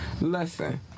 Listen